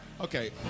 Okay